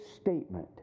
statement